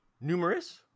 numerous